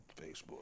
Facebook